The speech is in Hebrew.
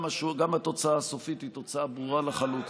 גם התוצאה הסופית היא תוצאה ברורה לחלוטין.